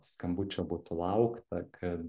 skambučio būtų laukta kad